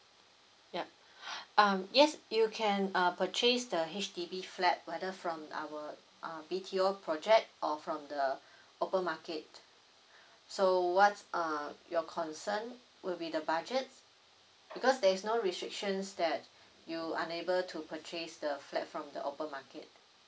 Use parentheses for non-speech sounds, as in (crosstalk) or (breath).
yup (breath) um yes you can uh purchase the H_D_B flat whether from our uh B_T_O project or from the open market so what's uh your concern would be the budget because there's no restrictions that you unable to purchase the flat from the open market